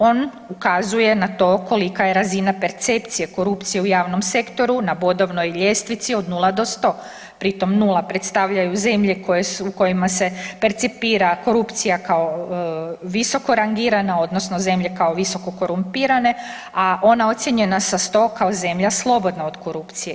On ukazuje na to kolika je razina percepcije korupcije u javnom sektoru na bodovnoj ljestvici od 0 do 100, pri tom 0 predstavljaju zemlje u kojima se percipira korupcija kao visoko rangirana odnosno zemlje kao visoko korumpirane, a ona ocijenjena sa 100 kao zemlja slobodna od korupcije.